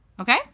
Okay